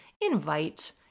invite